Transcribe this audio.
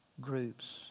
groups